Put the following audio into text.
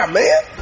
man